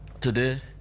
today